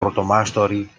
πρωτομάστορη